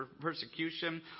persecution